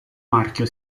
marchio